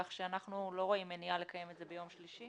כך שאנחנו לא רואים מניעה לקיים את הבחירות ביום שלישי.